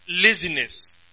laziness